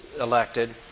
elected